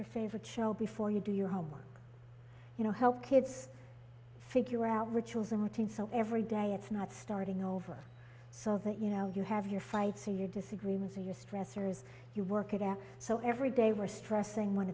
your favorite show before you do your homework you know help kids figure out rituals or martin so every day it's not starting over so that you know you have your fights or your disagreements or your stressors you work it out so every day we're stressing when